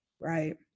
right